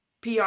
PR